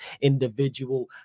individual